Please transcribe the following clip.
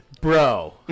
Bro